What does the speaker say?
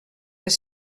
les